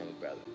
brother